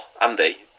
Andy